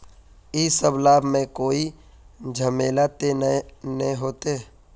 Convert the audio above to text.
इ सब लाभ में कोई झमेला ते नय ने होते?